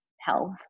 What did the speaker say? health